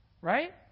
Right